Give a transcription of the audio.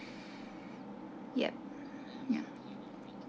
yup ya